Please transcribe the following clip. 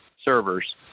servers